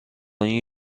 این